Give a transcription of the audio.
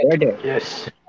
Yes